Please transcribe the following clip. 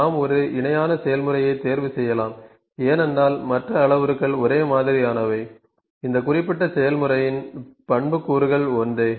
நாம் ஒரு இணையான செயல்முறையைத் தேர்வு செய்யலாம் ஏனென்றால் மற்ற அளவுருக்கள் ஒரே மாதிரியானவை இந்த குறிப்பிட்ட செயல்முறையின் பண்புக்கூறுகள் ஒன்றே